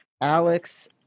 Alex